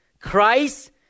Christ